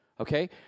okay